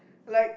like